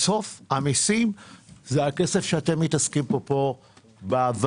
בסוף המיסים זה הכסף שאתם מתעסקים בו פה בוועדה,